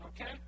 Okay